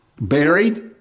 buried